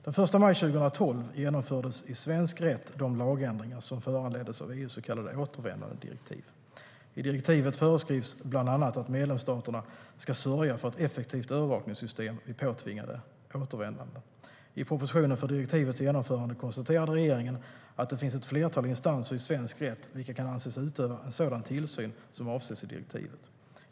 Den 1 maj 2012 genomfördes i svensk rätt de lagändringar som föranleddes av EU:s så kallade återvändandedirektiv. I direktivet föreskrivs bland annat att medlemsstaterna ska sörja för ett effektivt övervakningssystem vid påtvingade återvändanden. I propositionen för direktivets genomförande konstaterade regeringen att det finns ett flertal instanser i svensk rätt vilka kan anses utöva en sådan tillsyn som avses i direktivet.